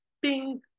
Bing